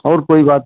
और कोई बात